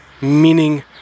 meaning